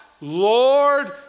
Lord